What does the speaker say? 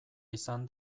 izan